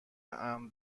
امن